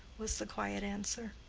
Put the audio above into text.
was the quiet answer.